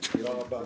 תודה רבה,